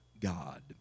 God